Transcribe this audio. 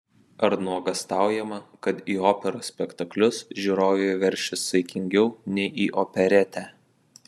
ar nuogąstaujama kad į operos spektaklius žiūrovai veršis saikingiau nei į operetę